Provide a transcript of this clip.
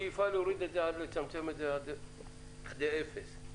השאיפה היא להוריד עד צמצום לכדי אפס.